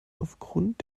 aufgrund